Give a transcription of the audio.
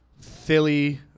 Philly